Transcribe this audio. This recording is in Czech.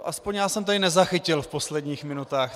Aspoň já jsem tady nezachytil v posledních minutách.